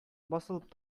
басылып